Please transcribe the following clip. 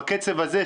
בקצב הזה,